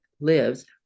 lives